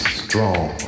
strong